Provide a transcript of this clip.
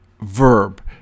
verb